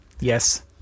Yes